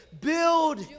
build